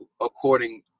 according